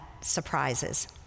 surprises